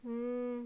um